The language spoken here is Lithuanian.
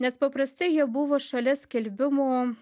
nes paprastai jie buvo šalia skelbimų